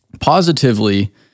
Positively